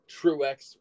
Truex